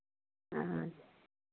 अच्छा